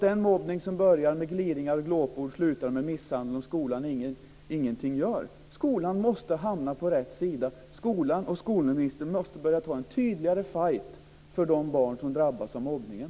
Den mobbning som börjar med gliringar och glåpord slutar med misshandel om skolan ingenting gör. Skolan måste hamna på rätt sida. Skolan och skolministern måste börja ta en tydligare fight för de barn som drabbas av mobbningen.